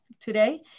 today